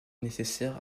nécessaire